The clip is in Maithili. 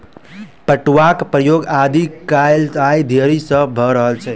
पटुआक प्रयोग आदि कालसँ आइ धरि भ रहल छै